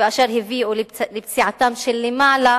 אשר הביאו לפציעתם של למעלה